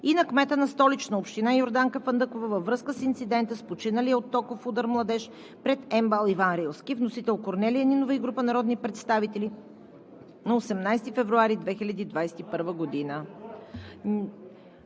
и на кмета на Столична община – Йорданка Фандъкова, във връзка с инцидента с починалия от токов удар младеж пред УМБАЛ „Иван Рилски“. Вносители: Корнелия Нинова и група народни представители на 18 февруари 2021 г.